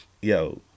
Yo